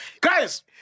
Guys